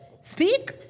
Speak